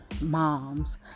moms